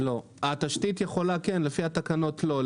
התשתית יכולה, לפי התקנות לא.